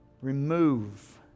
Remove